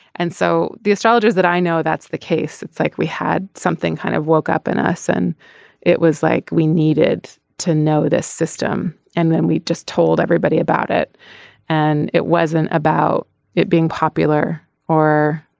and so the astrologers that i know that's the case it's like we had something kind of woke up in us and it was like we needed to know this system and then we just told everybody about it and it wasn't about it being popular or